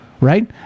right